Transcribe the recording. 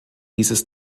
dieses